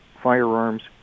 firearms